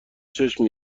چشم